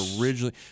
originally